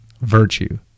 virtue